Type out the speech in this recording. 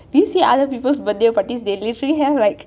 you see other people's birthday parties they usually have like